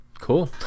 Cool